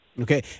Okay